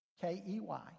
K-E-Y